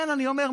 אני אומר,